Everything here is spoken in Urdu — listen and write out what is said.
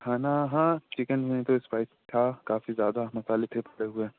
کھانا ہاں چکن میں تو اسپائسی تھا کافی زیادہ مسالے تھے پسے ہوئے